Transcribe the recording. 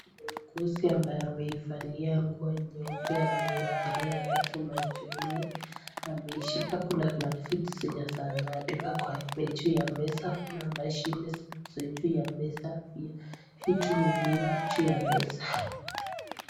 Muuguzi ambaye amevalia nguo nyeupe amewekelea yake macho nne na ameshika, kuna vitu zenye anaandika juu ya meza na mashine za juu ya meza pia, vitu ni mingi juu ya meza.